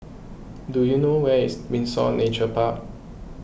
do you know where is Windsor Nature Park